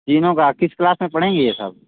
तीनों का किस क्लास में पढ़ेंगे ये सब